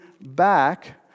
back